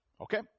Okay